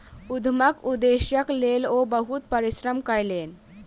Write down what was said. उद्यमक उदेश्यक लेल ओ बहुत परिश्रम कयलैन